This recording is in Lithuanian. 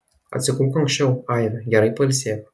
atsigulk anksčiau aive gerai pailsėk